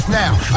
now